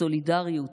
סולידריות,